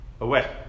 away